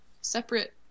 separate